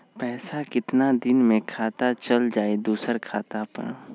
पैसा कितना दिन में चल जाई दुसर खाता पर?